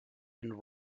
and